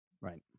Right